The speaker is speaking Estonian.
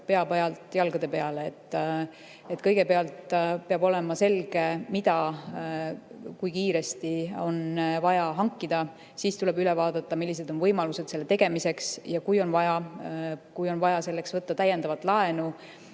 pea pealt jalgade peale. Kõigepealt peab olema selge, mida ja kui kiiresti on vaja hankida. Siis tuleb üle vaadata, millised on võimalused selle tegemiseks. Kui selleks on vaja võtta täiendavat laenu,